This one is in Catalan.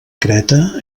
creta